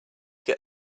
get